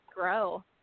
grow